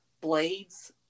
blades